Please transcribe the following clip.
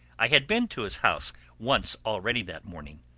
i had been to his house once already that morning.